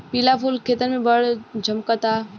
पिला फूल खेतन में बड़ झम्कता